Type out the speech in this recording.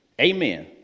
Amen